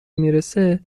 میرسه